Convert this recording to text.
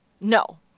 No